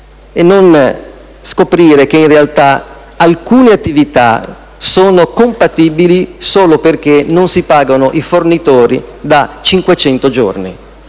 e non di scoprire che alcune attività sono compatibili solo perché non si pagano i fornitori da 500 giorni.